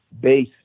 base